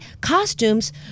costumes